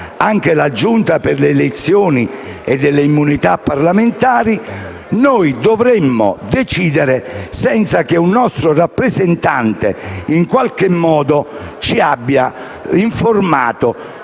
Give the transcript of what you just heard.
anche la Giunta delle elezioni e delle immunità parlamentari) dovremmo decidere senza che un nostro rappresentante ci abbia informati